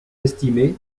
estimez